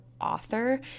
author